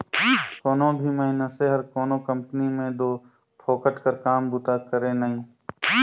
कोनो भी मइनसे हर कोनो कंपनी में दो फोकट कर काम बूता करे नई